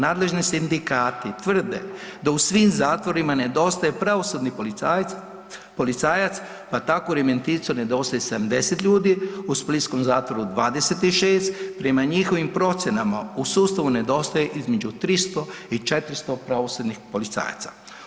Nadležni sindikati tvrde da u svim zatvorima nedostaje pravosudni policajac pa tako u Remetincu nedostaje 70 ljudi u splitskom zatvoru 26. prema njihovim procjenama u sustavu nedostaje između 300 i 400 pravosudnih policajaca.